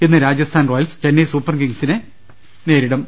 ഇന്ന് Rajasthan Royals Chennai super കിങ്സിനെ നേരിടും